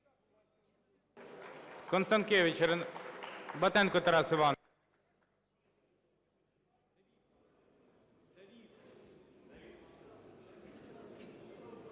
Дякую.